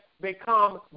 become